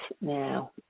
now